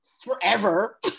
forever